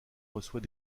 reçoit